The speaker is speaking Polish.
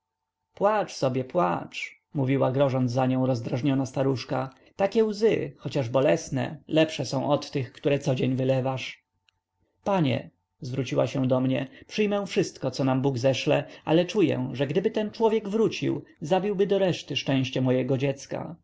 płacz sobie płacz mówiła grożąc za nią rozdrażniona staruszka takie łzy chociaż bolesne lepsze są od tych które codzień wylewasz panie zwróciła się do mnie przyjmę wszystko co nam bóg zeszle ale czuję że gdyby ten człowiek wrócił zabiłby doreszty szczęście mojego dziecka